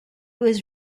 was